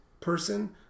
person